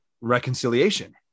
reconciliation